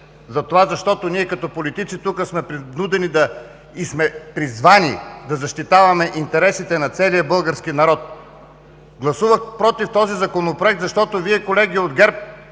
интерес, защото ние като политици тук сме призвани да защитаваме интересите на целия български народ! Гласувах „против“ този Законопроект, защото Вие, колеги от ГЕРБ,